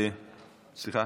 בבקשה,